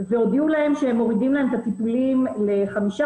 והודיעו להן שמורידים להן את הטיפולים לחמישה